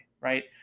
right